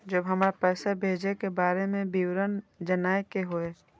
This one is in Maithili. जब हमरा पैसा भेजय के बारे में विवरण जानय के होय?